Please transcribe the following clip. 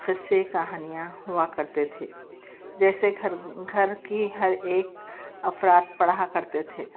قصے کہانیاں ہوا کرتے تھے جیسے گھر گھر کی ہر ایک افراد پڑھا کرتے تھے